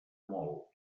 molt